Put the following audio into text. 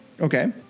Okay